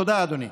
תודה, אדוני.